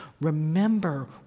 Remember